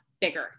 bigger